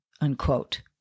unquote